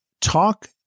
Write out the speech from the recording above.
talk